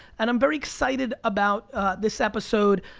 and i'm very excited about this episode.